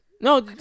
No